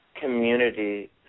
community